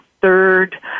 third